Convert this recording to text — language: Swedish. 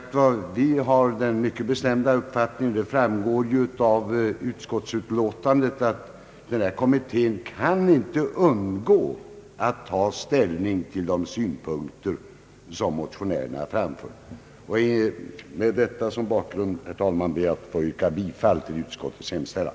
Vi har som sagt den mycket bestämda uppfattning som framgår av utskottsutlåtandet, att denna kommitté inte kan undgå att ta ställning till de synpunkter som motionärerna framfört. Med hänsyn härtill, herr talman, ber jag att få yrka bifall till utskottets hemställan.